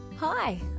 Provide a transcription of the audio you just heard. Hi